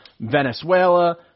Venezuela